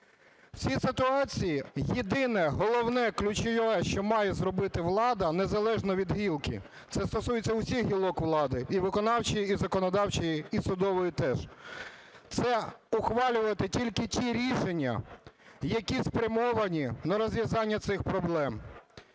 В цій ситуації єдине головне, ключове, що має зробити влада, незалежно від гілки - це стосується усіх гілок влади, і виконавчої, і законодавчої, і судової теж, – це ухвалювати тільки ті рішення, які спрямовані на розв'язання цих проблем,